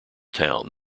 town